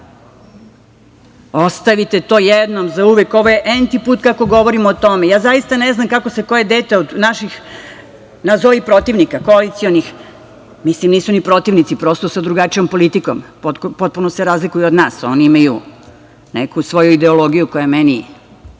Ostavite to jednom zauvek. Ovo je enti put kako govorimo o tome. Ja zaista ne znam kako se koje dete naših nazovi protivnika koalicionih, mislim, nisu ni protivnici, prosto sa drugačijom politikom, potpuno se razlikuju od nas, oni imaju neku svoju ideologiju koja je